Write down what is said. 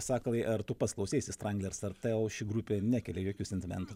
sakalai ar tu pats klauseisi stranglers ar teu ši grupė nekelia jokių sentimentų